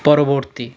পরবর্তী